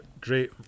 great